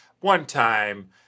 one-time